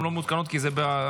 הן לא מעודכנות כי זה בפונטש-בננה,